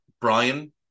Brian